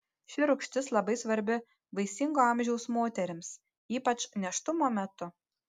ši rūgštis labai svarbi vaisingo amžiaus moterims ypač nėštumo metu